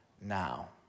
now